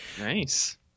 Nice